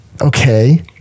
Okay